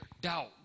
doubt